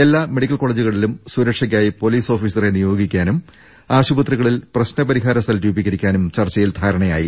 എല്ലാ മെഡിക്കൽ കോളജുകളിലും സുരക്ഷ ക്കായി പൊലീസ് ഓഫീസറെ നിയോഗിക്കാനും ആശുപത്രി കളിൽ പ്രശ്നപരിഹാര സെൽ രൂപീകരിക്കാനും ചർച്ചയിൽ ധാരണയായി